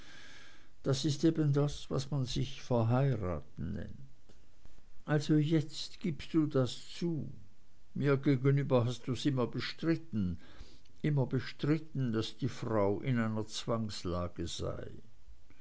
das ist eben das was man sich verheiraten nennt also jetzt gibst du das zu mir gegenüber hast du's immer bestritten immer bestritten daß die frau in einer zwangslage sei